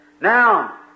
Now